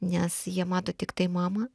nes jie mato tiktai mamą